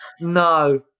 no